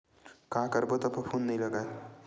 का करबो त फफूंद नहीं लगय?